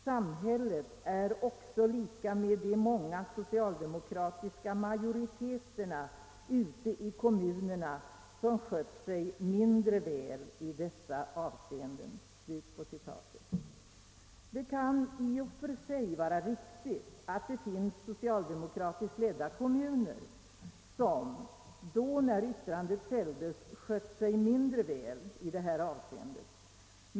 Samhället är också lika med de många socialdemokratiska majoriteterna ute i kommunerna som skött sig mindre väl i dessa avseenden.» Det kan i och för sig vara riktigt att det finns socialdemokratiskt ledda kommuner, som när detta yttrande fälldes skött sig mindre väl i det här avseendet.